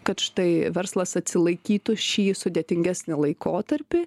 kad štai verslas atsilaikytų šį sudėtingesnį laikotarpį